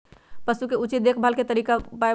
पशु के उचित देखभाल के उपाय बताऊ?